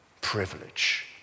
privilege